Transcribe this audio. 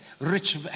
rich